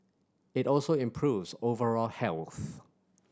it also improves overall health